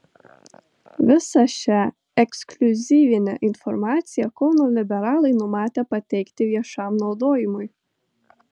visą šią ekskliuzyvinę informaciją kauno liberalai numatę pateikti viešam naudojimui